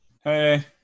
Hey